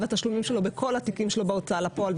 התשלומים בכל התיקים שלו בהוצאה לפועל,